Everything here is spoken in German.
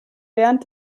während